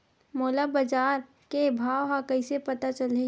मोला बजार के भाव ह कइसे पता चलही?